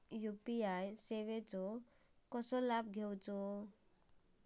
UPI सेवाचो कसो लाभ घेवचो?